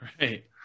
Right